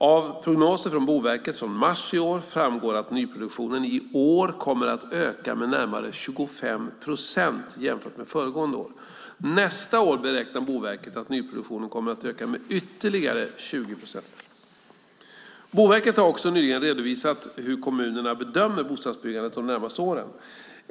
Av prognoser från Boverket från mars i år framgår att nyproduktionen i år kommer att öka med närmare 25 procent jämfört med föregående år. Nästa år beräknar Boverket att nyproduktionen kommer att öka med ytterligare 20 procent. Boverket har också nyligen redovisat hur kommunerna bedömer bostadsbyggandet de närmaste åren.